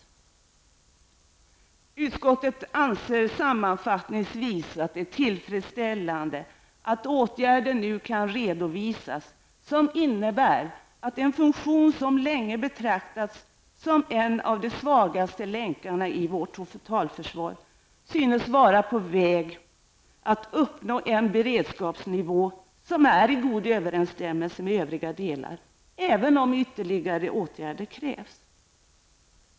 Utskottet anser sammanfattningsvis att det är tillfredsställande att åtgärder nu kan redovisas som innebär att en funktion som länge betraktats som en av de svagaste länkarna i vårt totalförsvar synes vara på väg att uppnå en beredskapsnivå som är i god överensstämmelse med övriga delar, även om ytterligare åtgärder krävs.